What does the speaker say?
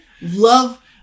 love